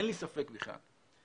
אין לי ספק בכלל.